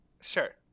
sure